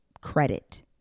credit